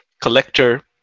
collector